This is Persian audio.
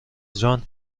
جان